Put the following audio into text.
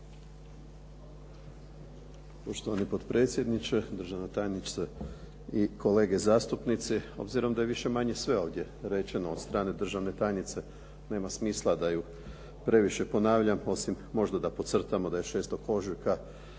Poštovani potpredsjedniče, državna tajnice i kolege zastupnici. Obzirom da je više-manje sve ovdje rečeno od strane državne tajnice, nema smisla da ju previše ponavljam, osim možda da podcrtamo da je 6. ožujka